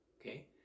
Okay